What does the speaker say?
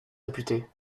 réputée